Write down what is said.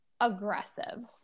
aggressive